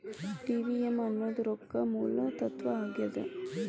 TVM ಅನ್ನೋದ್ ರೊಕ್ಕದ ಮೂಲ ತತ್ವ ಆಗ್ಯಾದ